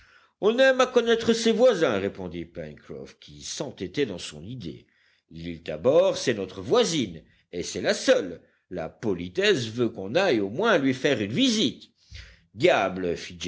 on aime à connaître ses voisins répondit pencroff qui s'entêtait dans son idée l'île tabor c'est notre voisine et c'est la seule la politesse veut qu'on aille au moins lui faire une visite diable